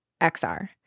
xr